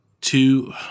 two